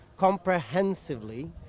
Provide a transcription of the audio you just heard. comprehensively